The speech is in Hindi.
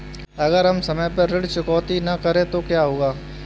अगर हम समय पर ऋण चुकौती न करें तो क्या होगा?